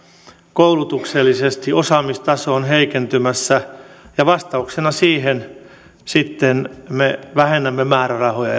koulutuksellisesti osaamistaso on heikentymässä ja vastauksena siihen me sitten vähennämme määrärahoja